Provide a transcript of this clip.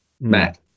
Matt